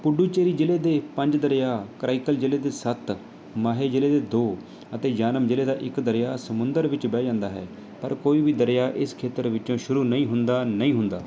ਪੁਡੂਚੇਰੀ ਜ਼ਿਲ੍ਹੇ ਦੇ ਪੰਜ ਦਰਿਆ ਕਰਾਈਕਲ ਜ਼ਿਲ੍ਹੇ ਦੇ ਸੱਤ ਮਾਹੇ ਜ਼ਿਲ੍ਹੇ ਦੇ ਦੋ ਅਤੇ ਯਾਨਮ ਜ਼ਿਲ੍ਹੇ ਦਾ ਇੱਕ ਦਰਿਆ ਸਮੁੰਦਰ ਵਿੱਚ ਵਹਿ ਜਾਂਦਾ ਹੈ ਪਰ ਕੋਈ ਵੀ ਦਰਿਆ ਇਸ ਖੇਤਰ ਵਿੱਚੋਂ ਸ਼ੁਰੂ ਨਹੀਂ ਹੁੰਦਾ ਨਹੀਂ ਹੁੰਦਾ